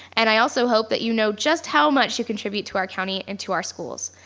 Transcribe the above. and i also hope that you know just how much you contribute to our county and to our schools.